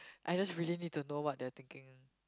I just really need to know what they are thinking